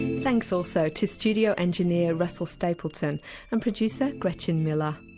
thanks also to studio engineer russell stapelton and producer gretchen miller.